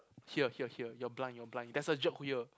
here here here you're blind you're blind there's a here